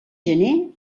gener